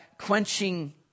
quenching